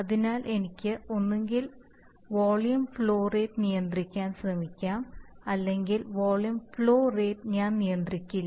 അതിനാൽ എനിക്ക് ഒന്നുകിൽ വോളിയം ഫ്ലോ റേറ്റ് നിയന്ത്രിക്കാൻ ശ്രമിക്കാം അല്ലെങ്കിൽ വോളിയം ഫ്ലോ റേറ്റ്flow rate0 ഞാൻ നിയന്ത്രിക്കില്ല